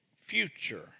future